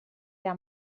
era